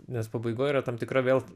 nes pabaigoj yra tam tikra vėl